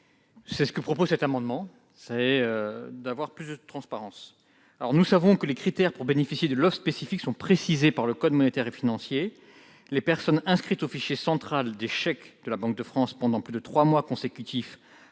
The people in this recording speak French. L'objet de cet amendement est donc d'améliorer la transparence. Nous savons que les critères pour bénéficier de l'offre spécifique sont précisés par le code monétaire et financier : il s'agit des personnes inscrites au fichier central des chèques de la Banque de France pendant plus de trois mois consécutifs,